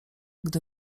gdy